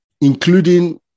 Including